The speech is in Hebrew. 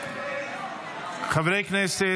חברי הכנסת,